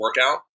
workout